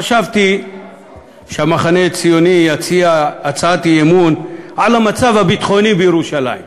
חשבתי שהמחנה הציוני יציע הצעת אי-אמון על המצב הביטחוני בירושלים,